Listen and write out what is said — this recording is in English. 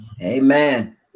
Amen